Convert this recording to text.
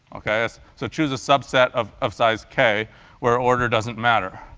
ok? so choose a subset of of size k where order doesn't matter.